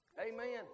Amen